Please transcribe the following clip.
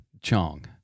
Chong